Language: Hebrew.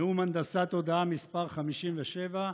נאום הנדסת תודעה מס' 57,